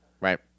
right